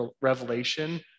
Revelation